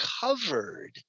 covered